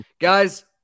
Guys